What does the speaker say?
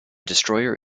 destroyer